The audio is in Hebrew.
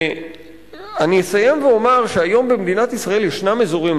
אני אסיים ואומר שהיום במדינת ישראל יש אזורים,